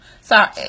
Sorry